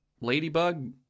ladybug